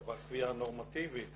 קבעה קביעה נורמטיבית,